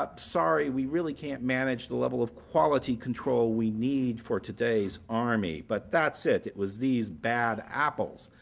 ah sorry, we really can't manage the level of quality control we need for today's army. but that's it it was these bad apples.